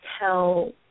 tell